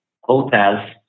hotels